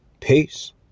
Peace